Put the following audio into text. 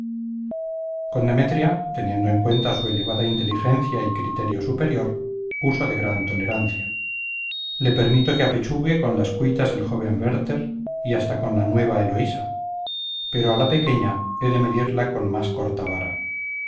con demetria teniendo en cuenta su elevada inteligencia y criterio superior uso de gran tolerancia le permito que apechugue con las cuitas del joven werther y hasta con la nueva eloísa pero a la pequeña he de medirla con más corta vara